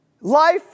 Life